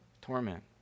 Torment